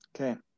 Okay